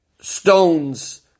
stones